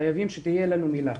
חייבים שתהיה לנו מילה.